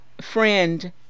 friend